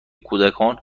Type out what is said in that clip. کودکان